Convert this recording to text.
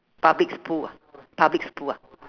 public's pool ah public's pool ah